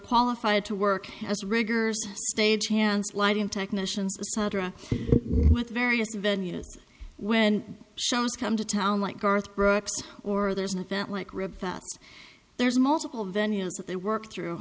qualified to work as rigors stagehands lighting technicians with various venues when shows come to town like garth brooks or there's an event like rip that there's multiple venues that they work through